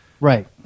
Right